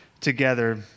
together